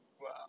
Wow